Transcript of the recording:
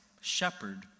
shepherd